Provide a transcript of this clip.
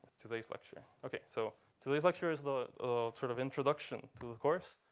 today's lecture? ok, so today's lecture is the sort of introduction to the course.